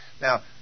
Now